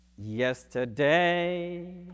Yesterday